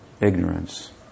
ignorance